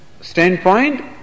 standpoint